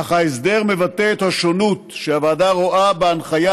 אך ההסדר מבטא את השונות שהוועדה רואה בהנחיה